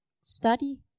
study